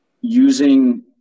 using